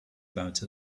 about